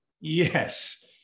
Yes